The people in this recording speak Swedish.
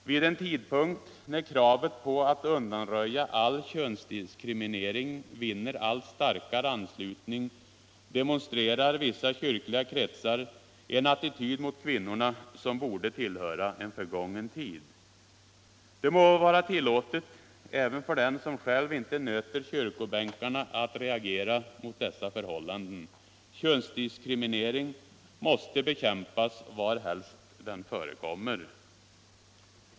Vid en tidpunkt när kravet på att undanröja all könsdiskriminering vinner allt starkare anslutning demonstrerar vissa kyrkliga kretsar en attityd mot kvinnorna som borde tillhöra en förgången tid. Det må vara tillåtet även för den som själv inte nöter kyrkobänkarna att reagera mot dessa förhållanden. Könsdiskriminering måste bekämpas varhelst den förekommer.